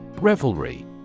Revelry